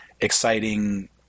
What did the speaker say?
exciting